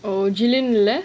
chilling lah